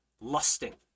lusting